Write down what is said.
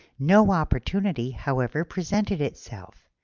no opportunity, however, presented itself,